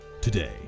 today